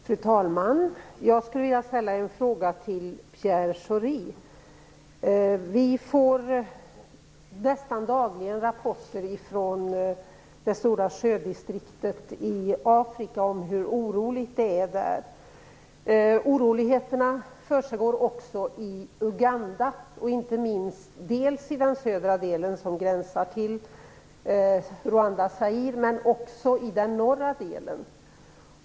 Fru talman! Jag skulle vilja ställa en fråga till Vi får nästan dagligen rapporter om hur oroligt det är i det stora sjödistriktet i Afrika. Oroligheter försiggår också i Uganda, dels i den södra delen som gränsar till Rwanda och Zaire, dels i den norra delen.